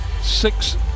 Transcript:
six